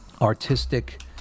artistic